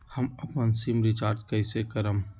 हम अपन sim recharge कइसे करम?